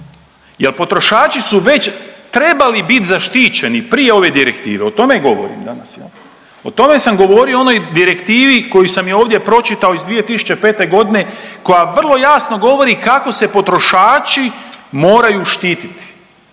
jer potrošači su već trebali biti zaštićeni prije ove direktive. O tome govorim danas. O tome sam govorio, onoj direktivi koju sam i ovdje počitao iz 2005. godine koja vrlo jasno govori kako se potrošači moraju štititi